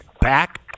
back